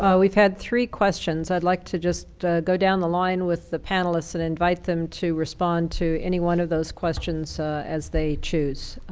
we've had three questions. i'd like to just go down the line with the panelists and invite them to respond to any one of those questions as they choose.